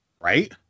Right